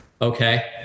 okay